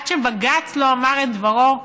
עד שבג"ץ לא אמר את דברו,